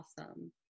awesome